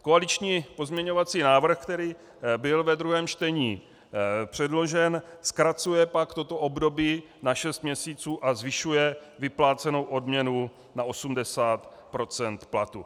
Koaliční pozměňovací návrh, který byl ve druhém čtení předložen, zkracuje pak toto období na šest měsíců a zvyšuje vyplácenou odměnu na 80 % platu.